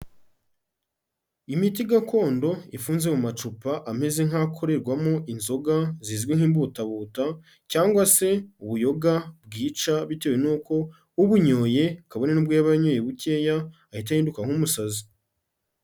Imiti gakondo ifunze mu macupa ameze nk'akoregwamo inzoga zizwi nk'imbutabuta cyangwa se ubuyoga bwica bitewe n'uko ubunyoye kabone n'ubwo yaba yanyoye bukeya, ahita ahinduka nk'umusazi.